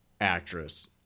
actress